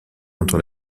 entre